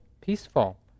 peaceful